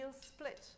split